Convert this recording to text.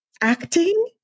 acting